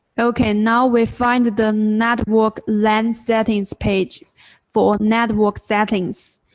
ok, now we find the network lan settings page for network settings.